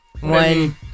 one